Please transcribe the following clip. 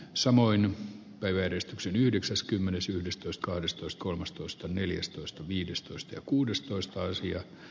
samoin päiväjärjestyksen yhdeksäskymmenes yhdis tyskaistus kolmas toista neljäs toista viidestoista ja kuudestoista sija